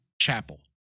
Chapel